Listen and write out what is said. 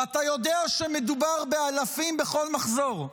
ואתה יודע שמדובר באלפים בכל מחזור,